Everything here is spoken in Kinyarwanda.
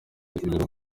ibirunga